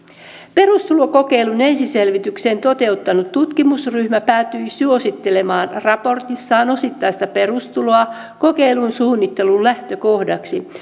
perustulokokeilun esiselvityksen toteuttanut tutkimusryhmä päätyi suosittelemaan raportissaan osittaista perustuloa kokeilun suunnittelun lähtökohdaksi